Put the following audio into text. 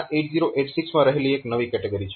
આ 8086 માં રહેલી એક નવી કેટેગરી છે